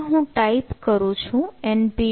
હવે હું ટાઈપ કરું છું NPTEL